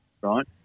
right